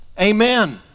amen